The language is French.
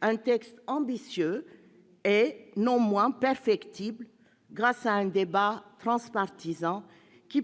un texte ambitieux et perfectible qui, grâce à un débat transpartisan,